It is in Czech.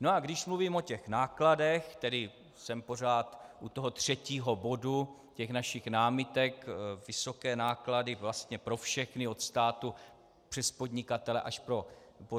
No a když mluvím o těch nákladech tedy jsem pořád u toho třetího bodu těch našich námitek, vysoké náklady pro všechny, od státu přes podnikatele až po